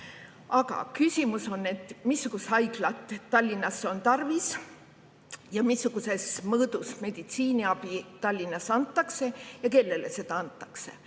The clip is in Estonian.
Aga küsimus on, missugust haiglat Tallinnas on tarvis, missuguses mõõdus meditsiiniabi Tallinnas antakse ja kellele seda antakse